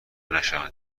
نشوند